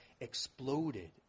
exploded